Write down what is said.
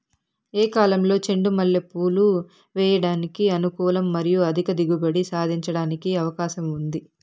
ఏ కాలంలో చెండు మల్లె పూలు వేయడానికి అనుకూలం మరియు అధిక దిగుబడి సాధించడానికి అవకాశం ఉంది?